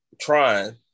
trying